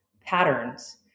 patterns